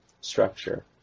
structure